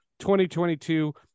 2022